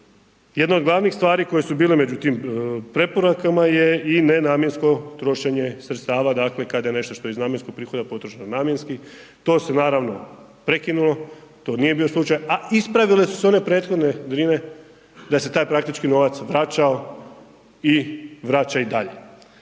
Jedna od glavnih stvari koje su bile među tim preporukama je i nenamjensko trošenje sredstava, dakle kada je nešto što je iz namjenskog prihoda potrošeno nenamjenski, to se naravno prekinulo, to nije bio slučaj a ispravile su se one prethodne drine da se taj praktički novac vraćao i vraća i dalje.